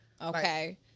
Okay